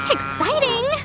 Exciting